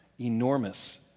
enormous